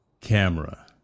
camera